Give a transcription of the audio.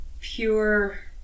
pure